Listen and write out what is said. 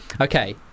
Okay